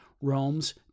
Rome's